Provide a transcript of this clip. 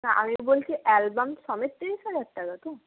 না আমি বলছি অ্যালবাম সমেত ত্রিশ হাজার টাকা তো